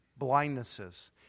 blindnesses